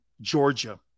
Georgia